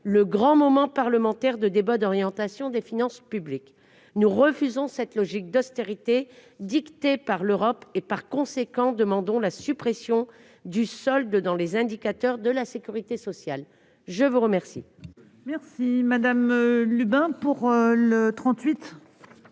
le grand moment parlementaire de débat d'orientation des finances publiques ». Nous refusons cette logique d'austérité dictée par l'Europe et, en conséquence, nous demandons la suppression du solde dans les indicateurs de la sécurité sociale. L'amendement